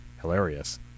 Hilarious